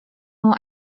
nur